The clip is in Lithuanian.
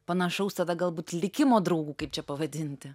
panašaus tada galbūt likimo draugų kaip čia pavadinti